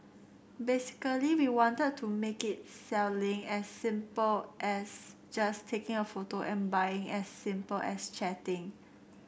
basically we wanted to make it selling as simple as just taking a photo and buying as simple as chatting